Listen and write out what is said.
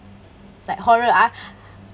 like horror ah